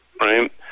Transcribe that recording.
right